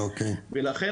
לכן,